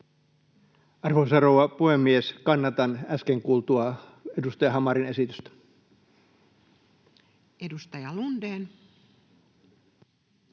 Arvoisa rouva puhemies! Kannatan äsken kuultua edustaja Hamarin esitystä. Kiitoksia. — Edustaja Lundén.